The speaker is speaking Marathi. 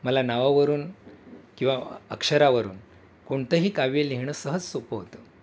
मला नावावरून किंवा अक्षरावरून कोणतंही काव्य लिहिणं सहज सोपं होतं